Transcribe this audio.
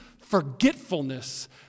forgetfulness